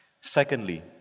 Secondly